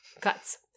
Cuts